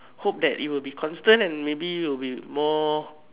hope that it will be constant and maybe will be more